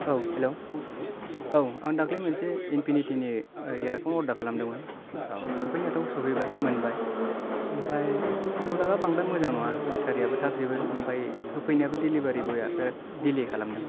औ हेलौ औ आं दाखोलि मोनसे इनफिटि नि इयारफन अर्दार खालामदोंमोन औ सफैनायाथ' सफैबाय मोनबाय ओमफाय प्रडाक्टा बांद्राय मोजां नङा बेटारियाबो थाब जोबो आमफ्राय होफैनायाबो दिलिभारि बया बिराद दिले खालामदों